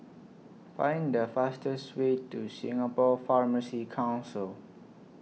Find The fastest Way to Singapore Pharmacy Council